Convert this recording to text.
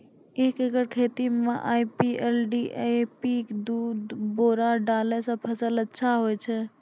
एक एकरऽ खेती मे आई.पी.एल डी.ए.पी दु बोरा देला से फ़सल अच्छा होय छै?